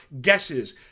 guesses